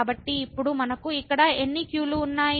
కాబట్టి ఇప్పుడు మనకు ఇక్కడ ఎన్ని q లు ఉన్నాయి